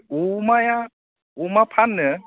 अमाया अमा फाननो